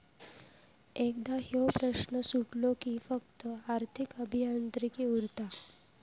एकदा ह्यो प्रश्न सुटलो कि फक्त आर्थिक अभियांत्रिकी उरता